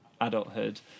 adulthood